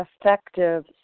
effective